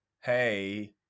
hey